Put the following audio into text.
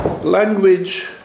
language